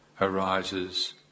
arises